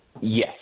yes